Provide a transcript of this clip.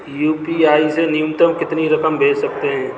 UPI से न्यूनतम कितनी रकम भेज सकते हैं?